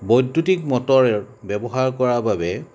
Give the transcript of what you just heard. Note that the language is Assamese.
বৈদ্যুতিক মটৰ ব্যৱহাৰ কৰাৰ বাবে